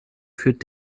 führt